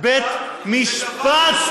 בית משפט,